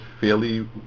fairly